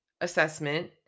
assessment